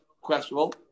questionable